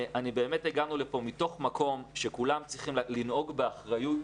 הגענו לכאן מתוך מקום שכולם צריכים לנהוג באחריות,